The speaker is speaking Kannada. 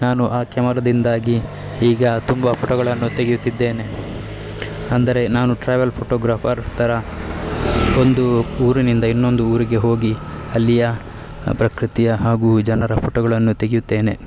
ನಾನು ಆ ಕ್ಯಾಮರಾದಿಂದಾಗಿ ಈಗ ತುಂಬ ಫೋಟೋಗಳನ್ನು ತೆಗೆಯುತ್ತಿದ್ದೇನೆ ಅಂದರೆ ನಾನು ಟ್ರಾವೆಲ್ ಫೋಟೋಗ್ರಾಫರ್ ಥರ ಒಂದು ಊರಿನಿಂದ ಇನ್ನೊಂದು ಊರಿಗೆ ಹೋಗಿ ಅಲ್ಲಿಯ ಪ್ರಕೃತಿಯ ಹಾಗೂ ಜನರ ಫೋಟೋಗಳನ್ನು ತೆಗೆಯುತ್ತೇನೆ